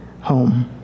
home